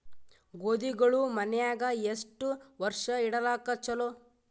ಗೋಧಿಗಳು ಮನ್ಯಾಗ ಎಷ್ಟು ವರ್ಷ ಇಡಲಾಕ ಚಲೋ?